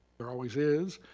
there always is,